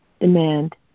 demand